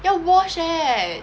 要 wash leh